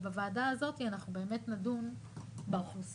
ובוועדה הזאת אנחנו באמת נדון באוכלוסיות.